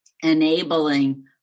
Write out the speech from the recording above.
enabling